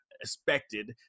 expected